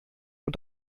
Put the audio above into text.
uhr